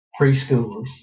preschoolers